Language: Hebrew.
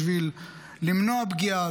בשביל למנוע פגיעה,